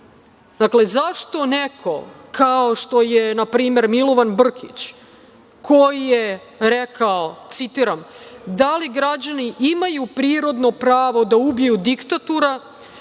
slažem. Dakle, zašto neko, kao što je npr. Milovan Brkić, koji je rekao, citiram: „Da li građani imaju prirodno pravo da ubiju diktatora?